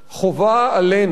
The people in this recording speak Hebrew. חובה עלינו,